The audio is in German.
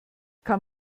kann